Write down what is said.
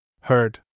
Heard